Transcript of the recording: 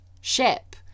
ship